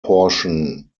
portion